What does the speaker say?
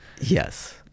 Yes